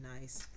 nice